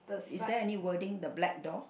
is there any wording the black door